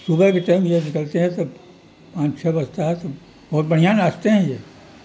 صبح کے ٹائم یہ نکلتے ہیں تب پانچ چھ بچتا ہے تو بہت بڑھیا ناچتے ہیں یہ